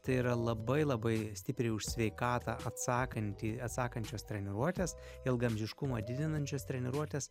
tai yra labai labai stipriai už sveikatą atsakanti atsakančios treniruotės ilgaamžiškumą didinančias treniruotės